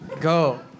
Go